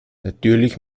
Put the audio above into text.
natürlich